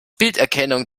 bilderkennung